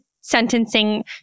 sentencing